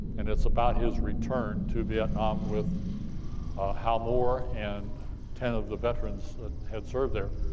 and it's about his return to vietnam, with hal moore, and ten of the veterans that had served there.